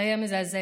זה היה מזעזע.